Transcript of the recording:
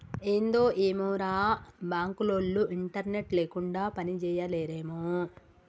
ఏందో ఏమోరా, బాంకులోల్లు ఇంటర్నెట్ లేకుండ పనిజేయలేరేమో